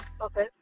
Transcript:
Okay